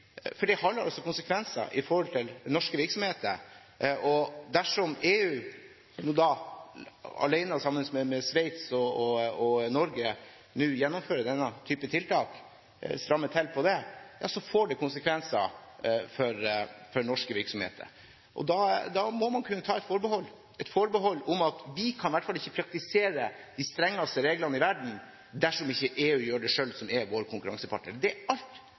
for det har altså noen konsekvenser for norske virksomheter. Dersom EU, sammen med Sveits og Norge, nå gjennomfører denne type tiltak, strammer til på dette, får det konsekvenser for norske virksomheter. Da må man kunne ta et forbehold om at vi i hvert fall ikke kan praktisere de strengeste reglene i verden, dersom ikke EU – som er vår konkurransepartner – gjør det selv. Det er